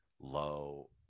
low